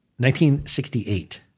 1968